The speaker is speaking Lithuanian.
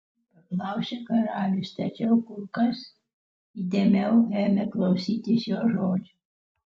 paklausė karalius tačiau kur kas įdėmiau ėmė klausytis jos žodžių